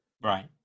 Right